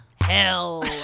hell